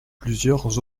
plusieurs